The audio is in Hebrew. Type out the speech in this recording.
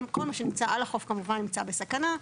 כל מה שנמצא על החוף כמובן נמצא בסכנה,